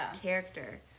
character